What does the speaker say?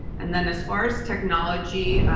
and then as far as technology,